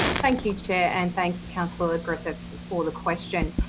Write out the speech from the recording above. thank you, chair, and thanks, councillor griffiths, for the question.